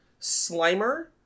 Slimer